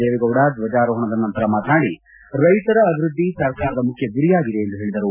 ದೇವೇಗೌಡ ಧ್ವಜಾರೋಹಣದ ನಂತರ ಮಾತನಾಡಿ ರೈತರ ಅಭಿವೃದ್ಧಿ ಸರ್ಕಾರದ ಮುಖ್ಯ ಗುರಿಯಾಗಿದೆ ಎಂದು ಹೇಳಿದರು